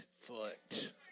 foot